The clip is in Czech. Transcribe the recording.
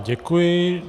Děkuji.